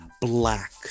black